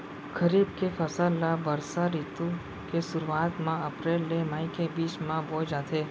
खरीफ के फसल ला बरसा रितु के सुरुवात मा अप्रेल ले मई के बीच मा बोए जाथे